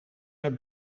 naar